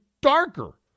darker